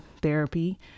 therapy